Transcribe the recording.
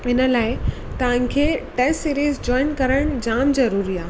हिन लाइ तव्हांखे टेस्ट सीरीज़ जॉइन करण जाम जरूरी आहे